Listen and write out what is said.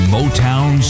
Motown